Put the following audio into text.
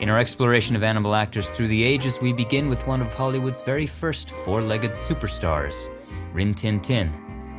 in our exploration of animal actors through the ages we begin with one of hollywood's very first four-legged superstars rin-tin-tin,